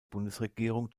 bundesregierung